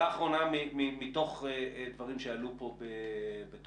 כלומר, כבר פה רואים